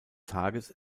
tages